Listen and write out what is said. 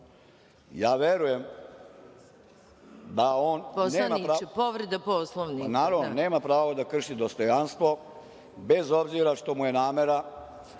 Naravno, nema pravo da krši dostojanstvo, bez obzira što mu je namera